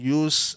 use